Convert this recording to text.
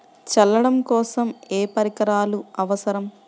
చల్లడం కోసం ఏ పరికరాలు అవసరం?